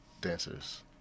dancers